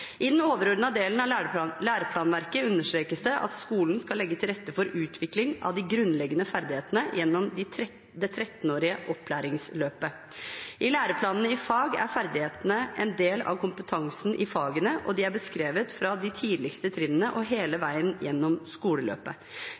I den overordnede delen av læreplanverket understrekes det at skolen skal legge til rette for utvikling av de grunnleggende ferdighetene gjennom det 13-årige opplæringsløpet. I læreplanene i fag er ferdighetene en del av kompetansen i fagene, og de er beskrevet fra de tidligste trinnene og hele veien gjennom skoleløpet.